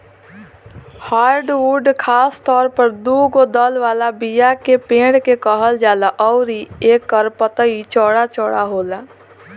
hardwood खासतौर पर दुगो दल वाला बीया के पेड़ के कहल जाला अउरी एकर पतई चौड़ा चौड़ा होला